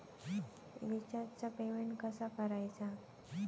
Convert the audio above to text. रिचार्जचा पेमेंट कसा करायचा?